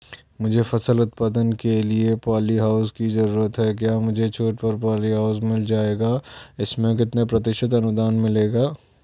मुझे फसल उत्पादन के लिए प ॉलीहाउस की जरूरत है क्या मुझे छूट पर पॉलीहाउस मिल जाएगा इसमें कितने प्रतिशत अनुदान मिलेगा?